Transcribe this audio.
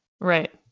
Right